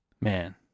Man